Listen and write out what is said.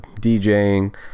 DJing